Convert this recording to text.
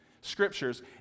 scriptures